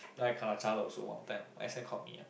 then I kena also one time my S_M caught me ah